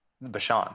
Bashan